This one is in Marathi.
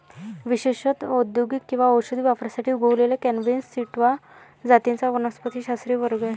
विशेषत औद्योगिक किंवा औषधी वापरासाठी उगवलेल्या कॅनॅबिस सॅटिवा जातींचा वनस्पतिशास्त्रीय वर्ग आहे